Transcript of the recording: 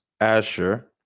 asher